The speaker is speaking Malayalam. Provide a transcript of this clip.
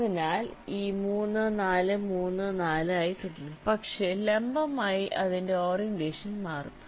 അതിനാൽ ഈ 3 4 3 4 ആയി തുടരും പക്ഷേ ലംബമായി അതിന്റെ ഓറിയന്റേഷൻ മാറും